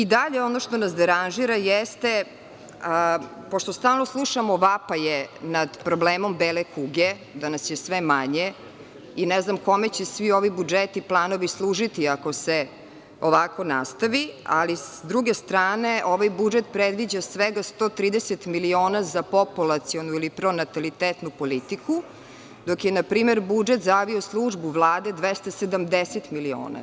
Dalje ono što nas deranžira, pošto stalno slušamo vapaje nad problemom kuge, da nas je sve manje, i ne znam kome će svi ovi budžeti, planovi služiti ako se ovako nastavi, ali s druge strane ovaj budžet predviđa svega 130 miliona za populacionu ili pronatalitetnu politiku, dok je na primer budžet za avio službu Vlade je 270 miliona.